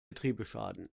getriebeschaden